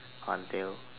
until